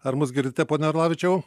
ar mus girdite pone orlavičiau